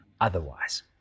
otherwise